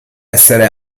essere